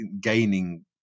gaining